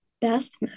best